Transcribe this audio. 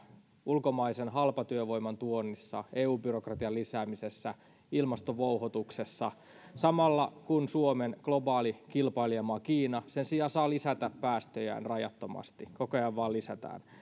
ulkomaisen halpatyövoiman tuonnissa eu byrokratian lisäämisessä ja ilmastovouhotuksessa samalla kun suomen globaali kilpailijamaa kiina sen sijaan saa lisätä päästöjään rajattomasti koko ajan vaan lisätään